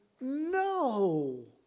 No